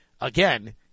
Again